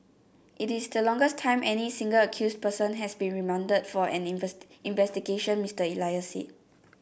it is the longest time any single accused person has been remanded for an investigation Mr Elias said